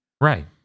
right